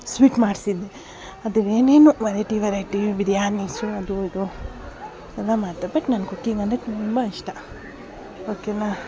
sweets ಮಾಡಿಸಿದ್ದೆ ಅದು ಏನೇನೋ ವೆರೈಟಿ ವೆರೈಟಿ ಬಿರ್ಯಾನೀಸು ಅದು ಇದು ಎಲ್ಲ ಮಾಡಿದೆ ಬಟ್ ನನ್ಗೆ ಕುಕಿಂಗ್ ಅಂದರೆ ತುಂಬ ಇಷ್ಟ ಓಕೆನಾ